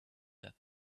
that